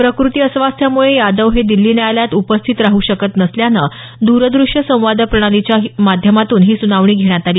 प्रकृती अस्वास्थ्यामुळे यादव हे दिल्ली न्यायालयात उपस्थित राहू शकत नसल्याने दूरद्रष्य संवाद प्रणालीद्वारे ही सुनावणी घेण्यात आली